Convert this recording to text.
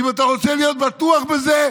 ואם אתה רוצה להיות בטוח בזה,